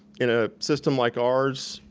in a system like ours,